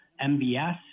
MBS